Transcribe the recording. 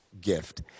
gift